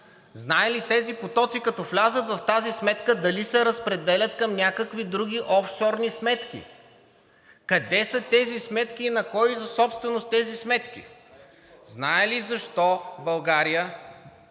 Знае ли тези потоци, като влязат в тази сметка дали се разпределят към някакви други офшорни сметки? Къде са тези сметки и на кой са собственост тези сметки? Знае ли защо България,